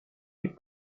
les